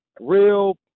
Real